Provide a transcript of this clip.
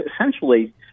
essentially